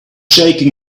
shaking